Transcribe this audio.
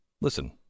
Listen